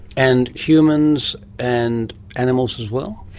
and humans and animals as well?